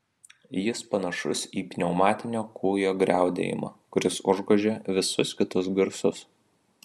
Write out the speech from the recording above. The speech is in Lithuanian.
jis panašus į pneumatinio kūjo griaudėjimą kuris užgožia visus kitus garsus